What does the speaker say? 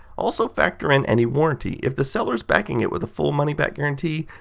also factor in any warranty. if the seller is backing it with a full money back guarantee,